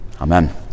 Amen